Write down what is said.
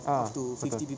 ah betul